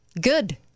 Good